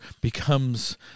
becomes